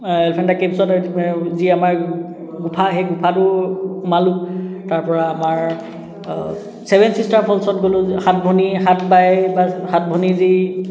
এলিফেণ্টা কেভছত যি আমাৰ গোফা সেই গোফাতো সোমালোঁ তাৰ পৰা আমাৰ ছেভেন ছিষ্টাৰ ফলছত গ'লোঁ সাত ভনী সাত বাই বা সাত ভনী যি